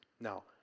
Now